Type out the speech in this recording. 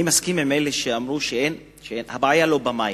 אני מסכים עם אלה שאומרים שהבעיה היא לא במים.